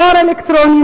דואר אלקטרוני,